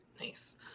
nice